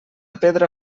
pedra